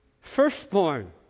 firstborn